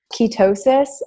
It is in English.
Ketosis